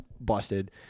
busted